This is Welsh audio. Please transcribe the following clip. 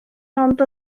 ond